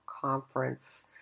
conference